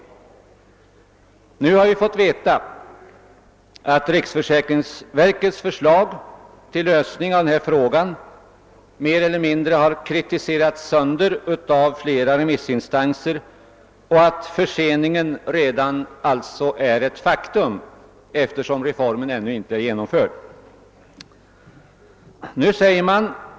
Nu har vi fått veta att riksförsäkringsverkets för slag till lösning av problemet mer eller mindre har kritiserats sönder av flera remissinstanser och att förseningen redan är ett faktum, eftersom reformen ännu inte är genomförd.